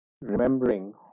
remembering